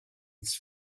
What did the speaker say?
its